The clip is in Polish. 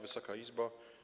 Wysoka Izbo!